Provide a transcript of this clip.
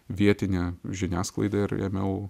vietinę žiniasklaidą ir ėmiau